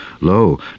Lo